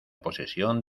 posesión